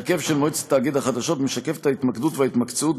ההרכב של מועצת תאגיד החדשות משקף את ההתמקדות וההתמקצעות